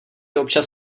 občas